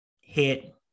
hit